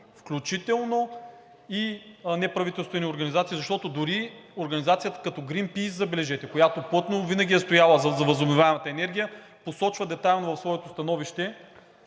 включително и неправителствени организации. Защото дори организация като „Грийнпийс“, забележете, която плътно винаги е стояла зад възобновяемата енергия, посочва детайлно в своето становище